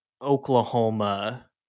Oklahoma